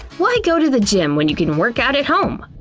why go to the gym when you can work out at home?